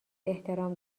احترام